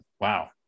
wow